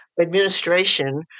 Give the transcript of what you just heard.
administration